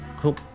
cool